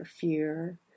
fear